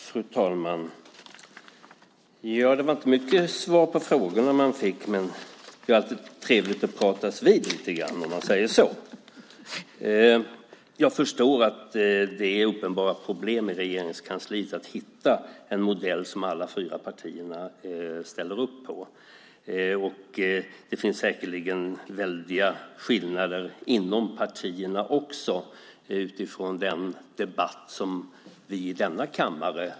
Fru talman! Det var inte mycket svar på frågorna jag fick. Men det är alltid trevligt att pratas vid lite grann, om jag säger så. Jag förstår att det är uppenbara problem i Regeringskansliet att hitta en modell som alla fyra partierna ställer upp på. Det finns säkerligen väldiga skillnader inom partierna också utifrån den debatt som vi hör i denna kammare.